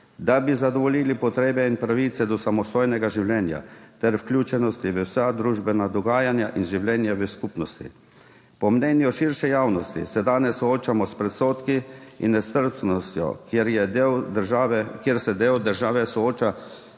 da bi zadovoljili potrebe in pravice do samostojnega življenja ter vključenosti v vsa družbena dogajanja in življenje v skupnosti. Po mnenju širše javnosti se danes soočamo s predsodki in nestrpnostjo, kjer se del države sooča